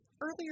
earlier